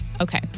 okay